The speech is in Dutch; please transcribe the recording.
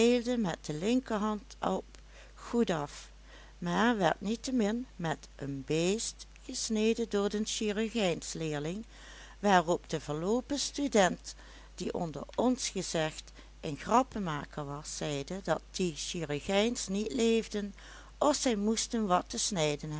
met de linkerhand op goedaf maar werd niettemin met een beest gesneden door den chirurgijnsleerling waarop de verloopen student die onder ons gezegd een grappenmaker was zeide dat die chirurgijns niet leefden of zij moesten wat te snijden